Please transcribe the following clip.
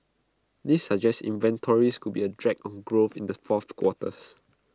this suggests inventories could be A drag on growth in the fourth quarters